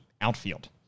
outfield